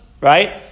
right